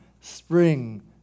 spring